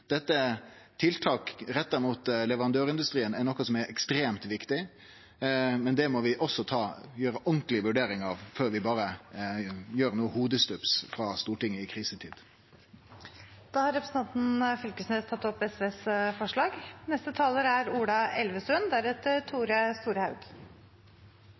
dette fort. Tiltak retta mot leverandørindustrien er noko som er ekstremt viktig, men det må vi også gjere ordentlege vurderingar av, før vi berre gjer noko plutseleg frå Stortinget i krisetid. Da har representanten Torgeir Knag Fylkesnes tatt opp SVs forslag.